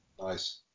nice